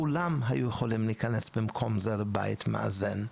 כולם היו יכולים להיכנס לבית מאזן במקום זה.